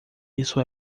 isso